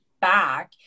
back